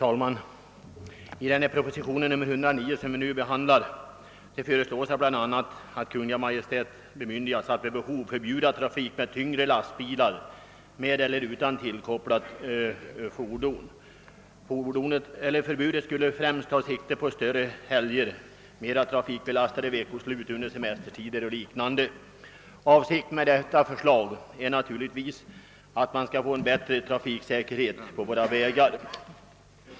Herr talman! I propositionen 109 föreslås bl.a. att Kungl. Maj:t bemyndigas att vid behov förbjuda trafik med tyngre lastbilar med eller utan tillkopplat fordon. Förbudet skulle främst ta sikte på större helger, mera trafikbelastade veckoslut, semestertider och liknande. Avsikten med förslaget är naturligtvis att man skall få bättre trafiksäkerhet på våra vägar.